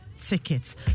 tickets